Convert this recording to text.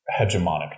hegemonic